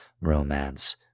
romance